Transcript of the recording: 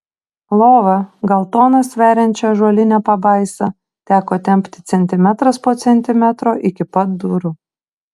lova gal toną sveriančią ąžuolinę pabaisą teko tempti centimetras po centimetro iki pat durų